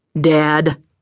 Dad